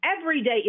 everyday